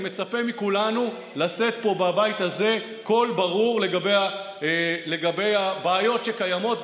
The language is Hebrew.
אני מצפה מכולנו לשאת פה בבית הזה קול ברור לגבי הבעיות שקיימות,